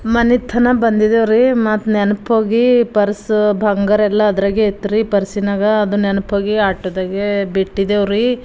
ಮನೀತ್ತನ ಬಂದಿದೇವ್ರಿ ಮತ್ತು ನೆನ್ಪೋಗಿ ಪರ್ಸ ಬಂಗಾರೆಲ್ಲ ಅದರಾಗೆ ಇತ್ರಿ ಪರ್ಸಿನಾಗ ಅದು ನೆನ್ಪೋಗಿ ಆಟೋದಾಗೆ ಬಿಟ್ಟಿದೇವ್ರಿ